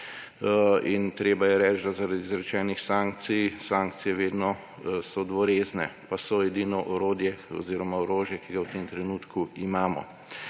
In treba je reči, da zaradi izrečenih sankcij, sankcije vedno so dvorezne, pa so edino orodje oziroma orožje, ki ga v tem trenutku imamo.